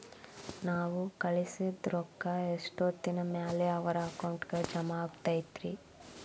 ನಾವು ಕಳಿಸಿದ್ ರೊಕ್ಕ ಎಷ್ಟೋತ್ತಿನ ಮ್ಯಾಲೆ ಅವರ ಅಕೌಂಟಗ್ ಜಮಾ ಆಕ್ಕೈತ್ರಿ?